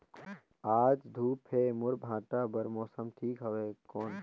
आज धूप हे मोर भांटा बार मौसम ठीक हवय कौन?